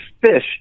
fish